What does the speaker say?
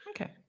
okay